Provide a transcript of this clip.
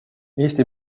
eesti